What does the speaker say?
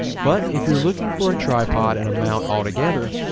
but if you're looking for a tripod and a mount altogether,